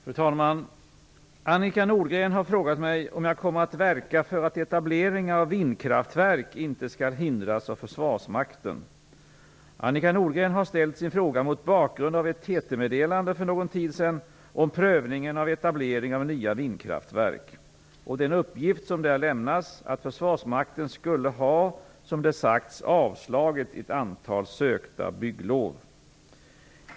Fru talman! Annika Nordgren har frågat mig om jag kommer att verka för att etableringar av vindkraftverk inte skall hindras av Försvarsmakten. Annika Nordgren har ställt sin fråga mot bakgrund av ett TT-meddelande för någon tid sedan om prövningen av etablering av nya vindkraftverk och den uppgift som där lämnas att Försvarsmakten skulle ha, som det sagts, avslagit ett antal sökta bygglov.